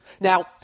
Now